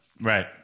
Right